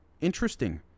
Interesting